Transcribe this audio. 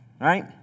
right